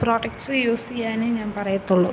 products use ചെയ്യാനെ ഞാൻ പറയത്തുള്ളു